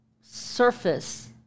surface